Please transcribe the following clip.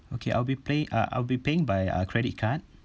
okay I'll be play uh I'll be paying by uh credit card